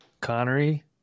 connery